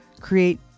create